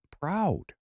Proud